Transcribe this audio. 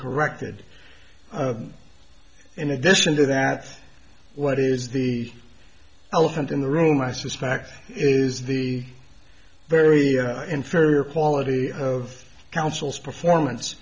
corrected in addition to that what is the elephant in the room i suspect is the very inferior quality of counsel's performance